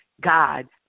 God